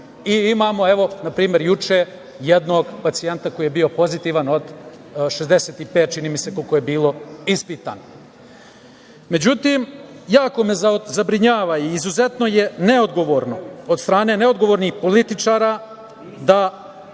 Imamo, na primer, juče jednog pacijenta koji je bio pozitivan od 65, čini mi se, koliko je bilo ispitano.Međutim, jako me zabrinjava i izuzetno je neodgovorno od strane neodgovornih političara koji